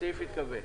הסעיף התקבל.